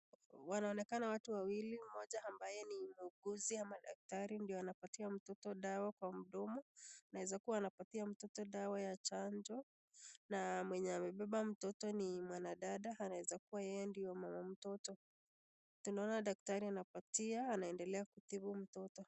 Wanaonekana watu wawili mmoja ambaye ni muuguzi ama daktari, ndio wanapatia mtoto dawa kwa mdomo, anaezakua anapatia mtoto dawa ya chanjo, na mwebye amebeba mtoto ni mwanadada, anaeza kuwa yeye ndio mama mtoto, tunaona daktari anapatia, anaendelea kutibu mtoto.